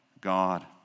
God